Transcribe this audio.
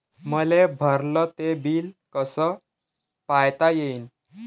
मले भरल ते बिल कस पायता येईन?